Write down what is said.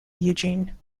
eugene